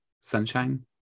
Sunshine